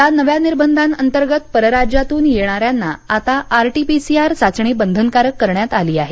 या नव्या निर्बंधांअंतर्गत परराज्यातून येणाऱ्यांना आता आरटीपीसीआर चाचणी बंधनकारक करण्यात आली आहे